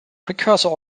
precursor